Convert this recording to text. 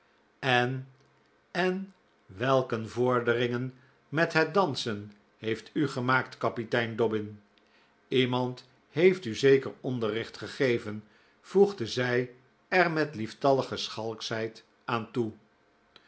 en en welk een vorderingen met dansen heeft u gemaakt kapitein dobbin iemand heeft u zeker onderricht gegeven voegde zij er met lieftallige schalkschheid aan toe